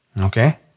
Okay